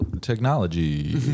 Technology